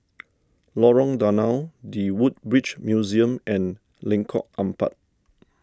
Lorong Danau the Woodbridge Museum and Lengkok Empat